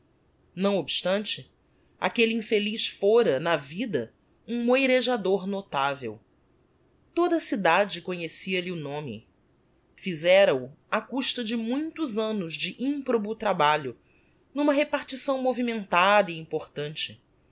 não obstante aquelle infeliz fôra na vida um moirejador notavel toda a cidade conhecia-lhe o nome fizera o á custa de muitos annos de improbo trabalho n'uma repartição movimentada e importante